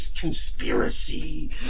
conspiracy